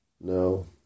No